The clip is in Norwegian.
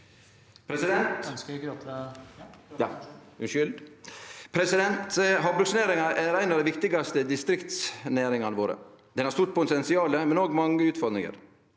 Havbruksnæringa er ei av dei viktigaste distriktsnæringane våre. Den har stort potensial, men òg mange utfordringar.